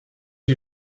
you